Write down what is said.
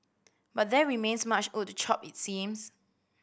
but there remains much wood to chop it seems